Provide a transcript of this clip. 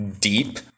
deep